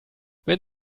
wenn